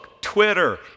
Twitter